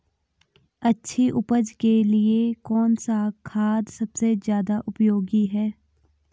अच्छी उपज के लिए कौन सा खाद सबसे ज़्यादा उपयोगी है?